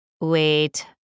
Wait